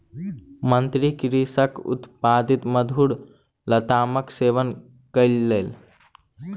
मंत्री कृषकक उत्पादित मधुर लतामक सेवन कयलैन